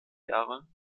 jahre